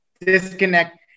disconnect